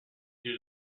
due